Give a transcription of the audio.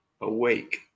Awake